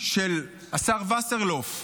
של השר וסרלאוף,